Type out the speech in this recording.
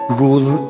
rule